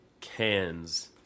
cans